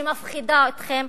שמפחידה אתכם,